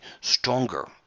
stronger